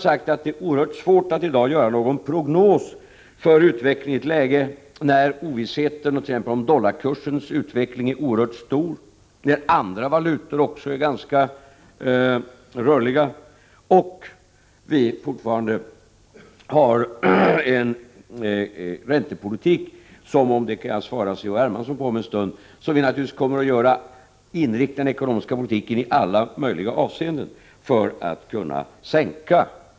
Det är oerhört svårt att göra någon prognos för utvecklingen i ett läge, där osäkerheten om dollarkursens utveckling är oerhört stor, där också andra valutor är ganska rörliga och där vi fortfarande har en alltför hög räntenivå, som — och det skall jag svara C. H. Hermansson på om en stund — vi naturligtvis på alla sätt kommer att inrikta den ekonomiska politiken på att sänka.